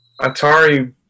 Atari